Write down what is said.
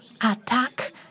attack